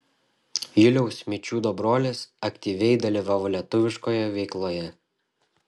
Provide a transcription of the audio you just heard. juliaus mičiūdo brolis aktyviai dalyvavo lietuviškoje veikloje